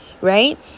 right